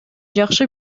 жакшы